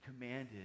commanded